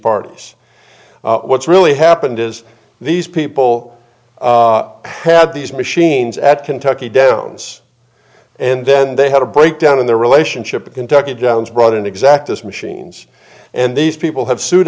parties what's really happened is these people had these machines at kentucky downs and then they had a breakdown in their relationship to kentucky jones brought in exactness machines and these people have sued